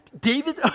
David